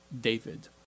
David